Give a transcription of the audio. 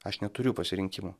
aš neturiu pasirinkimo